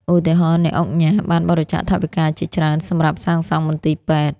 ឧទាហរណ៍ អ្នកឧកញ៉ាបានបរិច្ចាគថវិកាជាច្រើនសម្រាប់សាងសង់មន្ទីរពេទ្យ។